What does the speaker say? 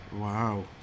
Wow